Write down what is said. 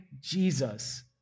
Jesus